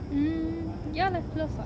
mm ya lah close [what]